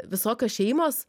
visokios šeimos